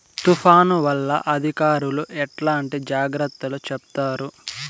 తుఫాను వల్ల అధికారులు ఎట్లాంటి జాగ్రత్తలు చెప్తారు?